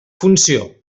funció